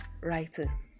writing